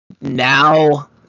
now